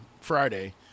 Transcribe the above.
Friday